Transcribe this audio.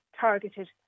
targeted